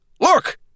Look